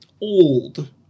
Old